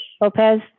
Lopez